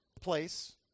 place